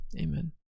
amen